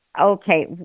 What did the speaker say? okay